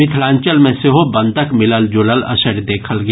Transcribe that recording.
मिथिलांचल मे सेहो बंदक मिलल जुलल असरि देखल गेल